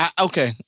okay